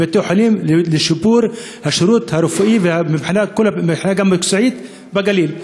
לבתי-חולים ולשיפור השירות הרפואי גם מבחינה מקצועית בגליל.